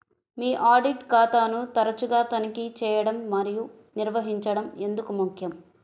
మీ audit ఖాతాను తరచుగా తనిఖీ చేయడం మరియు నిర్వహించడం ఎందుకు ముఖ్యం?